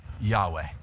Yahweh